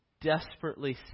desperately